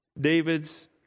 David's